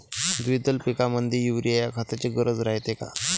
द्विदल पिकामंदी युरीया या खताची गरज रायते का?